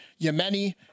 Yemeni